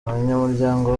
abanyamuryango